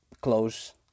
close